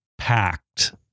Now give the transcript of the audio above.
Packed